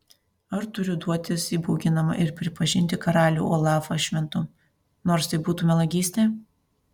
ar turiu duotis įbauginama ir pripažinti karalių olafą šventu nors tai būtų melagystė